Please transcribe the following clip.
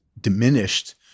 diminished